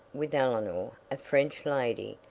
with eleanor, a french lady,